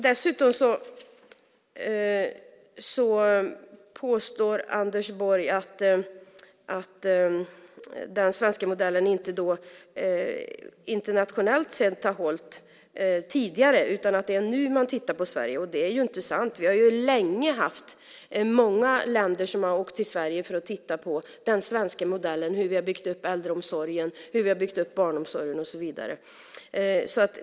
Dessutom påstår Anders Borg att den svenska modellen internationellt sett inte har hållit tidigare utan att det är nu man tittar på Sverige. Det är ju inte sant. Man har ju från många länder länge åkt till Sverige för att titta på den svenska modellen, hur vi har byggt upp äldreomsorgen, hur vi har byggt upp barnomsorgen och så vidare.